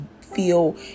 feel